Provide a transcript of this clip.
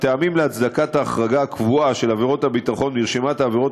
הטעמים להצדקת ההחרגה הקבועה של עבירות הביטחון מרשימת העבירות